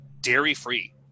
dairy-free